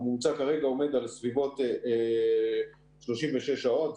עומד על סביבות 36 שעות.